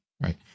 right